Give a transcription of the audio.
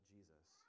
Jesus